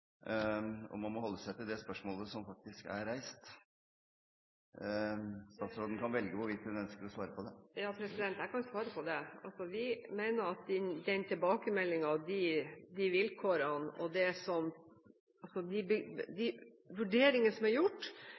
og man må holde seg til det spørsmålet som faktisk er reist. Statsråden kan velge hvorvidt hun ønsker å svare på det. Jeg kan svare på det. Vi mener at de vurderingene som er gjort, ut fra et havmiljøsynspunkt og ut fra fiskerihensyn, er forsvarlige, altså